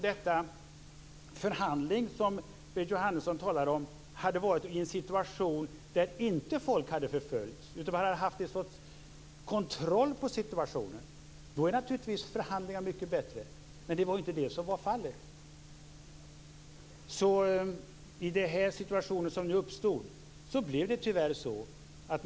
De förhandlingar som Berit Jóhannesson talar om är naturligtvis mycket bättre i situationer då folk inte förföljs och då man har kontroll på situationen. Men det var inte det som var fallet.